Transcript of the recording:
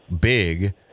big